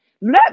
Let